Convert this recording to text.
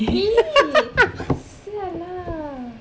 !ee! !siala!